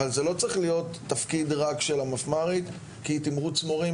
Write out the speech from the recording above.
אבל זה לא צריך להיות רק תפקיד של המפמ"רית כי תמרוץ מורים